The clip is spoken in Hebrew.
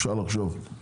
אפשר לחשוב,